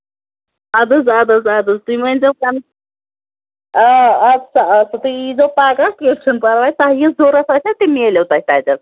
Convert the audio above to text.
اَدٕ حظ اَدٕ حظ اَدٕ حظ تُہۍ ؤنۍزیٚو کَمہِ آ اَدٕ سا اَدٕ سا تُہۍ ییٖزیٚو پَگاہ تہٕ کیٚنٛہہ چھُنہٕ پَرواے تۄہہِ یہِ ضروٗرت آسہِ سُہ میلوٕ تۄہہِ تَتیتھ